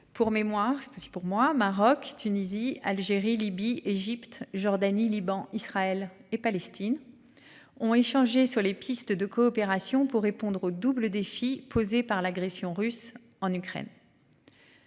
pour moi, Maroc, Tunisie, Algérie, Libye, Égypte, Jordanie, Liban, Israël et Palestine. Ont échangé sur les pistes de coopération pour répondre au double défi posé par l'agression russe en Ukraine.--